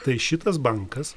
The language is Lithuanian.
tai šitas bankas